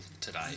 today